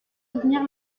soutenir